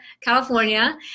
California